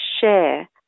share